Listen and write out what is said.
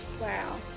Wow